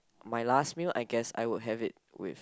my last meal I guess I would have it with